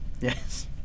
Yes